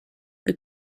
the